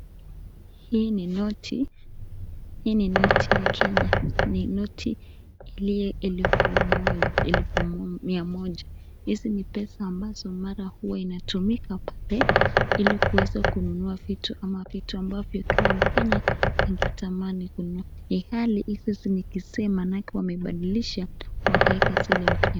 Hii ni noti, hii ni noti ya Kenya, ni noti iliyo elfu moja, elfu mia moja. Hizi ni pesa ambazo mara huwa inatumika pale ili kuweza kununa vitu, ama vitu ambavyo kila mkenya angetamani kununua ilhali hizi ni kizee manaake wamebadilisha wakaeka zile mpya.